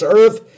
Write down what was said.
earth